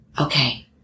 okay